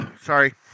Sorry